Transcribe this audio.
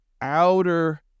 outer